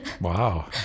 Wow